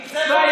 לא,